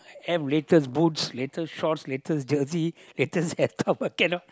have latest boots latest shorts latest jersey latest hairstyle but cannot